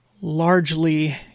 largely